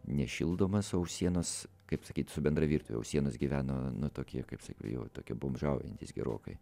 nešildomas o už sienos kaip sakyti su bendra virtuve už sienos gyveno nu tokie kaip sakiau jau tokie bomžaujantys gerokai